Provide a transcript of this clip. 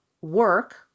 work